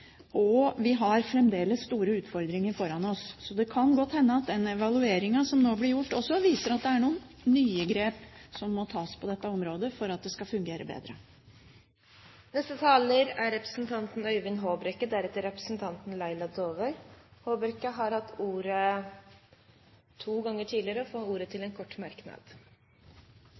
Vi har fremdeles store utfordringer foran oss, så det kan godt hende at den evalueringen som nå blir gjort, viser at det er noen nye grep som må tas på dette området, for at det skal fungere bedre. Øyvind Håbrekke har hatt ordet to ganger og får ordet til en kort merknad,